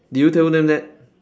did you tell them that